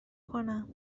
کنم